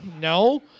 No